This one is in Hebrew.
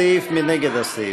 נגד הסעיף?